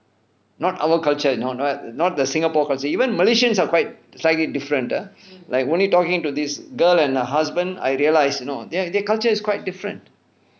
not our culture you know not not the singapore culture even malaysians are quite slightly different ah like when he talking to this girl and her husband I realise you know their their culture is quite different